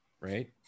Right